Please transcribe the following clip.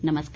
नमस्कार